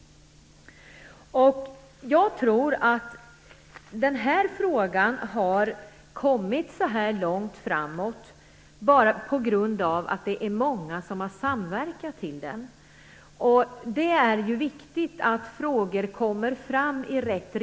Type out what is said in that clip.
Jag tror att den här frågan har kommit så långt framåt bara på grund av att det är många som har samverkat. Det är viktigt att frågor kommer framåt.